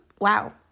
wow